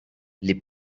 les